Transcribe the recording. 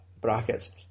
brackets